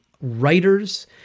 writers